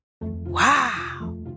Wow